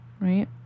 right